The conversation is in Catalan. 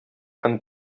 han